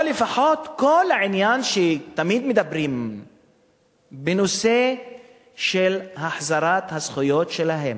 או לפחות כל העניין שתמיד מדברים בנושא החזרת הזכויות שלהם.